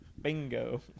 Bingo